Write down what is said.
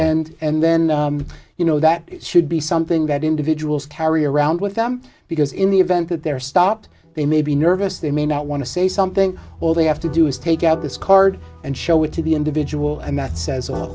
and and then you know that should be something that individuals carry around with them because in the event that they're stopped they may be nervous they may not want to say something all they have to do is take out this card and show it to the individual and that says